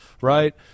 right